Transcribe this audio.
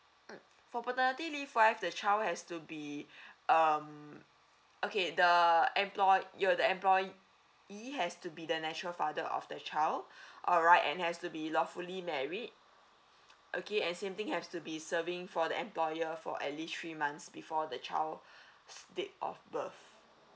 mm for paternity leave wise the child has to be um okay the employed you the employee he has to be the natural father of the child alright and has to be lawfully married okay and same thing has to be serving for the employer for at least three months before the child date of birth